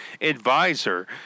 advisor